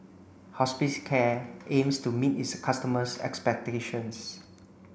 Hospicare aims to meet its customers' expectations